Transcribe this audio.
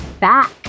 back